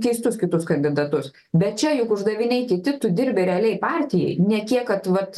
keistus kitus kandidatus bet čia juk uždaviniai kiti tu dirbi realiai partijai ne kiek vat